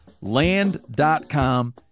Land.com